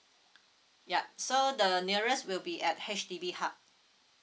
yup so the nearest will be at H_D_B hub